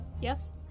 Yes